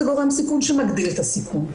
זה גורם סיכון שמגדיל את הסיכון.